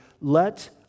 let